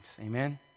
Amen